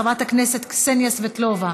חברת הכנסת קסניה סבטלובה,